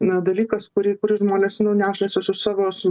na dalykas kurį žmonės nešasi su savo su